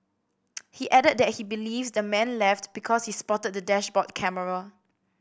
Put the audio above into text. he added that he believes the man left because he spotted the dashboard camera